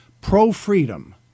pro-freedom